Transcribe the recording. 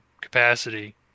capacity